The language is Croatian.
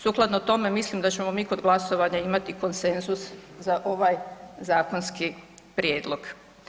Sukladno tome, mislim da ćemo mi kod glasovanja imati konsenzus za ovaj zakonski prijedlog.